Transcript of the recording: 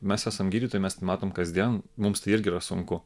mes esam gydytojai mes tai matom kasdien mums tai irgi yra sunku